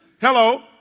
Hello